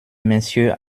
messieurs